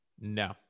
No